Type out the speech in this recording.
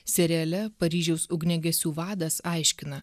seriale paryžiaus ugniagesių vadas aiškina